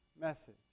message